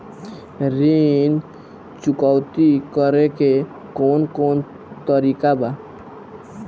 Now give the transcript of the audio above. ऋण चुकौती करेके कौन कोन तरीका बा?